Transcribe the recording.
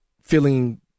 feeling